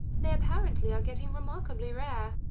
they apparently are getting remarkably rare.